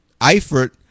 Eifert